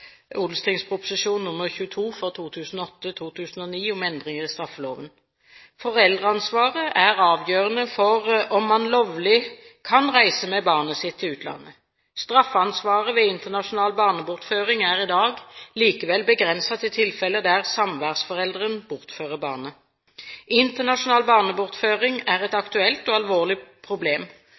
22 for 2008–2009 om endringer i straffeloven. Foreldreansvaret er avgjørende for om man lovlig kan reise med barnet sitt til utlandet. Straffansvaret ved internasjonal barnebortføring er i dag likevel begrenset til tilfeller der samværsforelderen bortfører barnet. Internasjonal barnebortføring er et aktuelt og alvorlig problem.